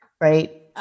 right